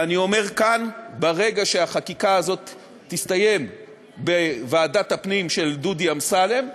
ואני אומר כאן: ברגע שהחקיקה הזאת תסתיים בוועדת הפנים של דודי אמסלם,